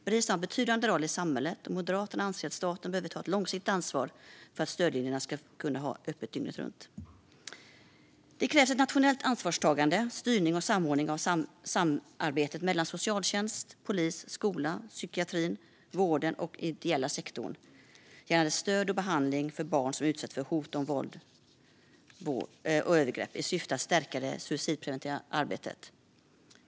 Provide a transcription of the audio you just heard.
Bris har en betydande roll i samhället, och Moderaterna anser att staten behöver ta ett långsiktigt ansvar för att stödlinjerna ska kunna ha öppet dygnet runt. Det krävs nationellt ansvarstagande, styrning och samordning av samarbetet mellan socialtjänsten, polisen, skolan, psykiatrin, vården och den ideella sektorn gällande stöd och behandling för barn som utsatts för hot om våld, våld eller övergrepp i syfte att stärka det suicidpreventiva arbetet.